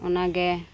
ᱚᱱᱟᱜᱮ